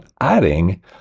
adding